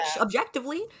objectively